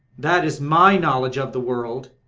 that is my knowledge of the world.